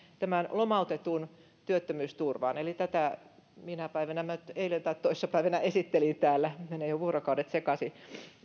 lomautetun työttömyysturvaan minä päivänä minä nyt eilen tai toissa päivänä tätä esittelin täällä menevät jo vuorokaudet sekaisin